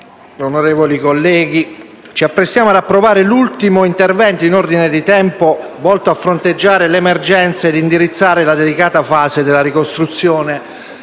onorevoli colleghi, ci apprestiamo ad approvare l'ultimo intervento, in ordine di tempo, volto a fronteggiare l'emergenza e indirizzare la delicata fase della ricostruzione